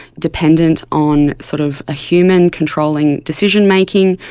dependent on sort of a human controlling decision-making.